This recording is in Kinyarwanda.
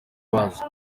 bazi